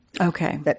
Okay